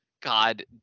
God